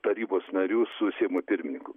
tarybos narių su seimo pirmininku